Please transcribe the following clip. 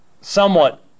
somewhat